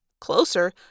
Closer